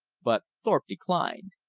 but thorpe declined.